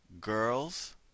girls